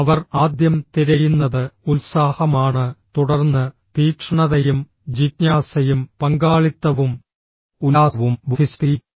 അവർ ആദ്യം തിരയുന്നത് ഉത്സാഹമാണ് തുടർന്ന് തീക്ഷ്ണതയും ജിജ്ഞാസയും പങ്കാളിത്തവും ഉല്ലാസവും ബുദ്ധിശക്തിയും